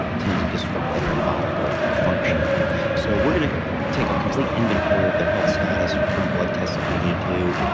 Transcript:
tend to disrupt the hair follicle function so, we're going to take a complete inventory of their health status, run blood tests if we need to,